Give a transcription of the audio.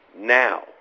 Now